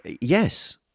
Yes